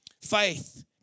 faith